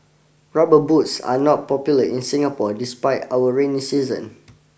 rubber boots are not popular in Singapore despite our rainy season